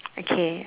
okay